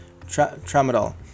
tramadol